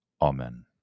Amen